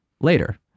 later